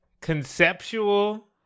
conceptual